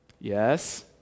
Yes